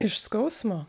iš skausmo